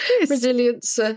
Resilience